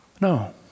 No